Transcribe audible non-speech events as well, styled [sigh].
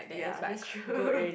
ya that's true [laughs]